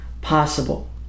possible